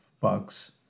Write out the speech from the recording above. bugs